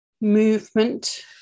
movement